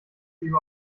wie